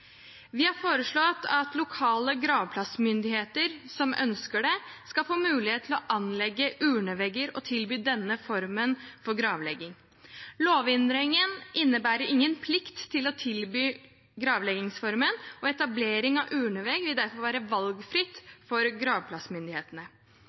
Vi har foreslått at lokale gravplassmyndigheter som ønsker det, skal få mulighet til å anlegge urnevegger og tilby denne formen for gravlegging. Lovendringen innebærer ingen plikt til å tilby gravleggingsformen, og etablering av urnevegg vil derfor være valgfritt